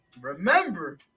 remember